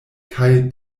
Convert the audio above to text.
kaj